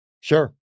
Sure